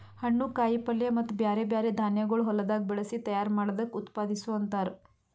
ಹಣ್ಣು, ಕಾಯಿ ಪಲ್ಯ ಮತ್ತ ಬ್ಯಾರೆ ಬ್ಯಾರೆ ಧಾನ್ಯಗೊಳ್ ಹೊಲದಾಗ್ ಬೆಳಸಿ ತೈಯಾರ್ ಮಾಡ್ದಕ್ ಉತ್ಪಾದಿಸು ಅಂತಾರ್